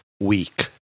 weak